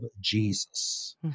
Jesus